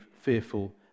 fearful